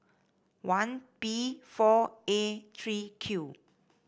one P four A three Q